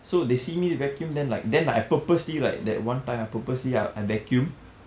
so they see me vacuum then like then like I purposely like that one time I purposely I I vacuum